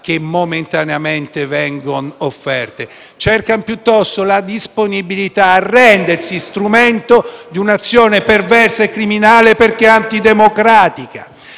che momentaneamente vengono offerte: cercano piuttosto la disponibilità a rendersi strumento di un'azione perversa e criminale, perché antidemocratica.